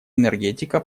энергетика